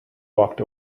walked